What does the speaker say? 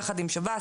יחד עם שב"ס,